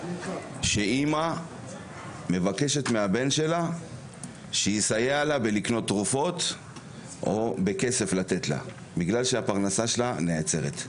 שאמא מבקשת מהבן שלה שיסייע לה בקניית תרופות או כסף כי פרנסתה נעצרת.